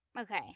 okay